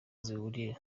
zihuriye